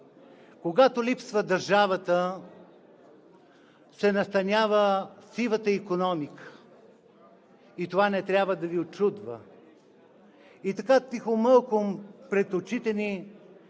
Когато липсва държавата, се настанява сивата икономика и това не трябва да Ви учудва. И така тихомълком пред очите ни